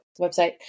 website